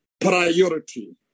priority